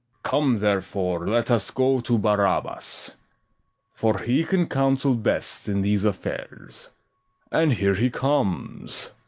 come, therefore, let us go to barabas for he can counsel best in these affairs and here he comes.